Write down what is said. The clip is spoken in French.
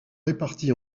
répartis